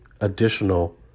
additional